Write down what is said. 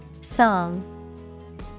Song